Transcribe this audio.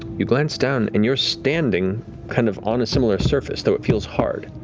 you glance down and you're standing kind of on a similar surface, though it feels hard.